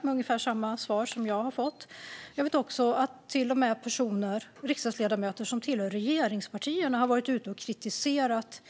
Det var ungefär samma svar som jag har fått. Jag vet också att till och med riksdagsledamöter som tillhör regeringspartierna har varit ute och kritiserat